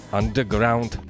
Underground